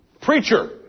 Preacher